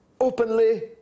openly